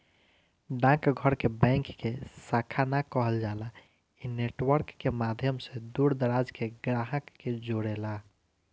डाक घर के बैंक के शाखा ना कहल जाला इ नेटवर्क के माध्यम से दूर दराज के ग्राहक के जोड़ेला